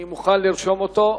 אני מוכן לרשום אותו.